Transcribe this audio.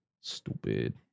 Stupid